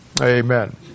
Amen